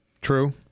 True